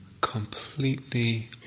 completely